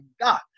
god